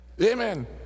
Amen